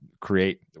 create